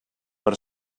per